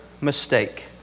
mistake